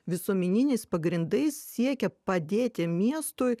visuomeniniais pagrindais siekia padėti miestui